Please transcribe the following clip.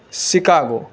Chicago